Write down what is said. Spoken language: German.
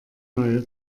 neue